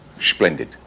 Splendid